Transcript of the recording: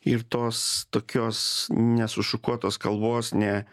ir tos tokios nesušukuotos kalbos ne